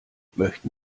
möchten